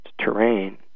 terrain